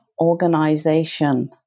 organization